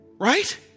right